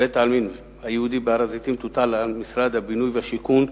בית-העלמין היהודי בהר-הזיתים תוטל על משרד הבינוי והשיכון,